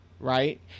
right